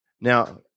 Now